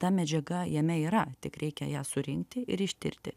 ta medžiaga jinai yra tik reikia ją surinkti ir ištirti